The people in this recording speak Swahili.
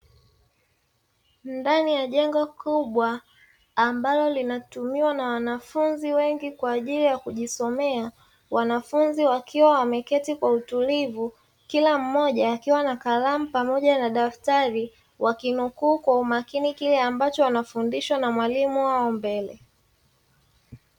Ndani ya jengo kubwa ambalo linatumiwa na wanafunzi wengi kwa ajili ya kujisomea, wanafunzi wakiwa wameketi kwa utulivu kila mmoja akiwa na kalamu pamoja na daftari, wakinukuu kwa umakini kile ambacho wanafundishwa na mwalimu wao mbele.